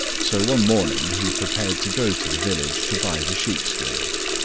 so one morning he prepared to go to the village to buy the sheep-skins.